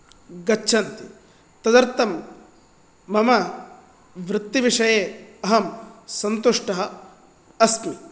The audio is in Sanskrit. गच्छन्ति तदर्थं मम वृतत्तिविषये अहं सन्तुष्टः अस्मि